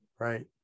Right